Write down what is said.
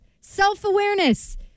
Self-awareness